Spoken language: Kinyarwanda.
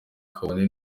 kabone